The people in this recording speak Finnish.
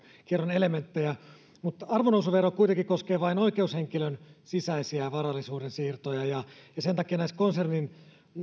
elementtejä arvonnousuvero kuitenkin koskee vain oikeushenkilön sisäisiä varallisuuden siirtoja ja ja sen takia konsernin